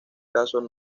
casos